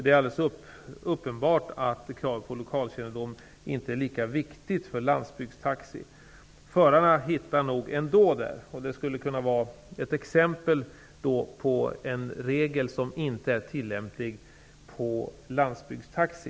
Det är alldeles uppenbart att kravet på lokalkännedom inte är lika viktigt för landsbygdstaxi. Förarna hittar nog ändå. Det är ett exempel på en regel som inte är tillämplig på landsbygdstaxi.